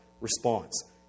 response